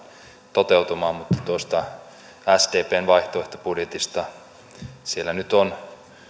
toteutumaan mutta tuosta sdpn vaihtoehtobudjetista siellä nyt on